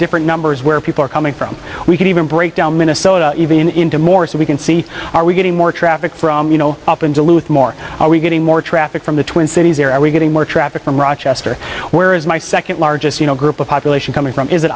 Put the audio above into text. different numbers where people are coming from we can even break down minnesota even into more so we can see are we getting more traffic from you know up in duluth more are we getting more traffic from the twin cities there are we getting more traffic from rochester where is my second largest you know group of population coming from is it